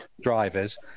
drivers